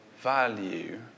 value